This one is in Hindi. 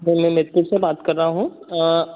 मैम मैं मिस्किफ से बात कर रहा हूँ